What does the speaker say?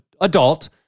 adult